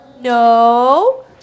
No